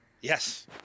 Yes